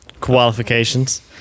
Qualifications